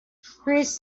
chris